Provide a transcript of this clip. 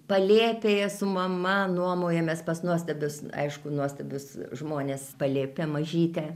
palėpėje su mama nuomojomės pas nuostabius aišku nuostabius žmones palėpę mažytę